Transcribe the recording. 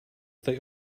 they